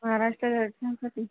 Maharashtra दर्शनसाठी